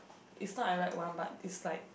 it's not I write one but it's like